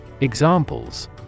Examples